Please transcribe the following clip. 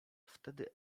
wtedy